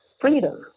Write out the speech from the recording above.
freedom